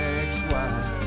ex-wife